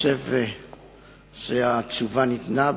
אני חושב שהתשובה ניתנה,